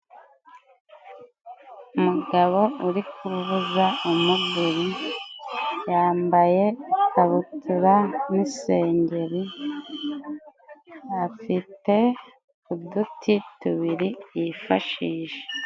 Umugabo uri kuvuza umuduri, yambaye ikabutura n'isengeri, afite uduti tubiri yifashisha.